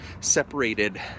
separated